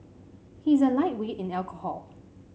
he is a lightweight in alcohol